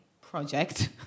project